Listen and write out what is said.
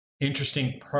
interesting